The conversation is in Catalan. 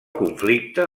conflicte